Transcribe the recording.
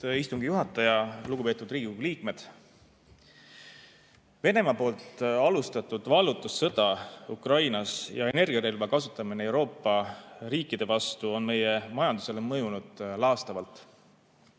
istungi juhataja! Lugupeetud Riigikogu liikmed! Venemaa alustatud vallutussõda Ukrainas ja energiarelva kasutamine Euroopa riikide vastu on meie majandusele mõjunud laastavalt,